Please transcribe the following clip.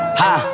ha